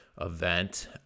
event